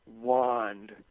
Wand